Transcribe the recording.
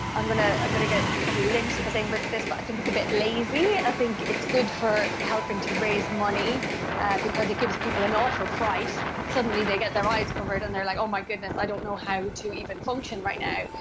um i'm going to get probably lynched for saying but this, but i think it's a bit lazy, i think it's good for helping to raise money because it gives people an awful fright, suddenly they get their eyes covered and they're like oh my goodness, i don't know how to even function right now.